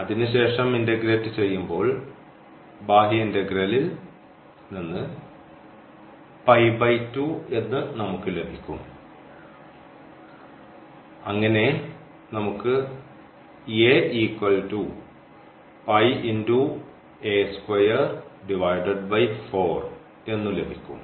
അതിനുശേഷം ഇൻദഗ്രേറ്റ് ചെയ്യുമ്പോൾ ബാഹ്യ ഇന്റഗ്രലിൽ നിന്ന് എന്ന് നമുക്ക് ലഭിക്കും അങ്ങനെ നമുക്ക് എന്നു ലഭിക്കും